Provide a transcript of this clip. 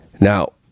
Now